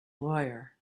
lawyer